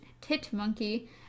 tit-monkey